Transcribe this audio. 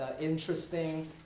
interesting